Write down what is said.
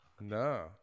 No